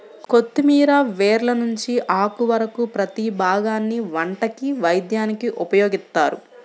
కొత్తిమీర వేర్ల నుంచి ఆకు వరకు ప్రతీ భాగాన్ని వంటకి, వైద్యానికి ఉపయోగిత్తారు